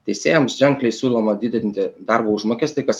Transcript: teisėjams ženkliai siūloma didinti darbo užmokestį kas